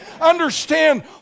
Understand